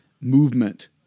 movement